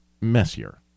messier